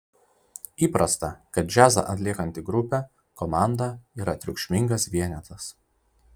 įprasta kad džiazą atliekanti grupė komanda yra triukšmingas vienetas